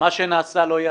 מה שנעשה לא ייעשה.